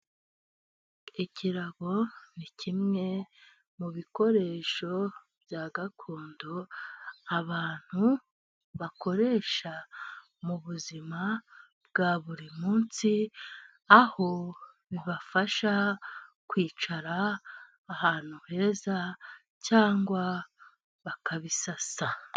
Ikirago ni kimwe mu bikoresho bya gakondo abantu bakoresha mu buzima bwa buri munsi, aho bibafasha kwicara ahantu heza cyangwa bakabisasa.